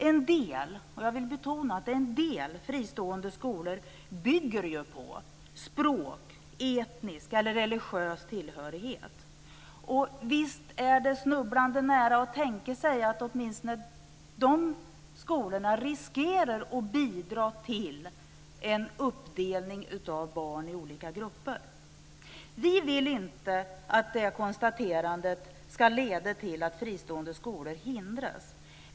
En del, och jag vill betona att det är en del, fristående skolor bygger ju på språk-, etnisk eller religiös tillhörighet. Och visst är det snubblande nära att tänka sig att åtminstone dessa skolor riskerar att bidra till en uppdelning av barn i olika grupper. Vi vill inte att detta konstaterande ska leda till att fristående skolor hindras.